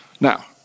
Now